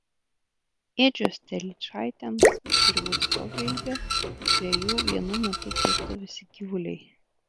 ėdžios telyčaitėms turi būti tokio ilgio kad prie jų vienu metu tilptų visi gyvuliai